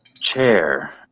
chair